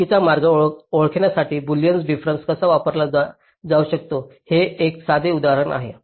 चुकीचा मार्ग ओळखण्यासाठी बुलियन डिफरेन्स कसा वापरला जाऊ शकतो हे हे एक साधे उदाहरण आहे